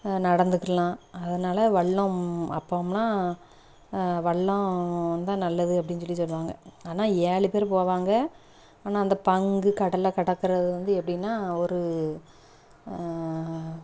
நடந்துக்கிடலாம் அதனால் வல்லம் அப்போம்லாம் வல்லம் தான் நல்லது அப்படினு சொல்லி சொல்லுவாங்க ஆனால் ஏழு பேர் போவாங்க ஆனால் அந்த பங்கு கடலில் கடக்கிறது வந்து எப்படின்னா ஒரு